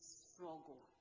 struggle